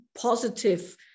positive